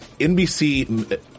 NBC